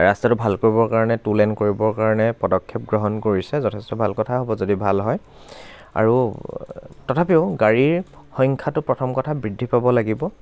ৰাস্তাটো ভাল কৰিবৰ কাৰণে টু লেন কৰিবৰ কাৰণে পদক্ষেপ গ্ৰহণ কৰিছে যথেষ্ট ভাল কথা হ'ব যদি ভাল হয় আৰু তথাপিও গাড়ীৰ সংখ্য়াটো প্ৰথম কথা বৃদ্ধি পাব লাগিব